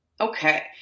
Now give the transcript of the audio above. Okay